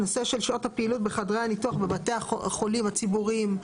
נושא של שעות הפעילות בחדרי הניתוח בבתי החולים הציבוריים,